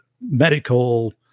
medical